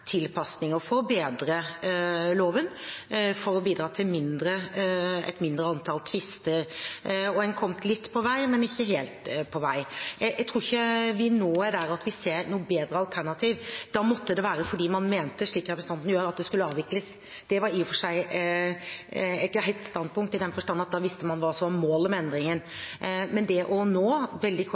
tilpasninger for å bedre loven, for å bidra til et mindre antall tvister. En har kommet litt på vei, men ikke helt fram. Jeg tror ikke vi nå er der at vi ser noe bedre alternativ. Da måtte det være fordi man mente, slik representanten gjør, at det skulle avvikles. Det var i og for seg et greit standpunkt i den forstand at da visste man hva som var målet med endringen. Men det å nå prøve, veldig kort